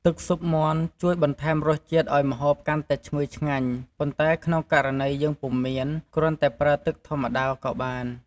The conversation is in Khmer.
ទឹកស៊ុបមាន់ជួយបន្ថែមរសជាតិឱ្យម្ហូបកាន់តែឈ្ងុយឆ្ងាញ់ ប៉ុន្តែក្នុងករណីយើងពុំមាន គ្រាន់តែប្រើទឹកធម្មតាក៏បាន។